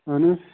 وَن حظ